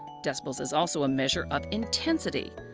decibels is also a measure of intensity.